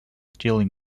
dealing